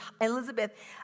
Elizabeth